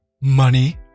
money